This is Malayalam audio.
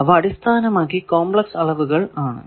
അവ അടിസ്ഥാനമായി കോംപ്ലക്സ് അളവുകൾ ആണ്